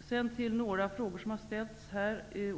har ställts några frågor till mig.